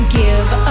give